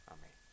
Amen